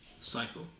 cycle